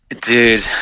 dude